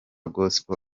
gospel